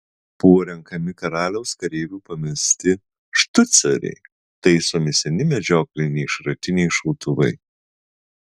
buvo renkami karaliaus kareivių pamesti štuceriai taisomi seni medžiokliniai šratiniai šautuvai